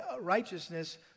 righteousness